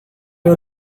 you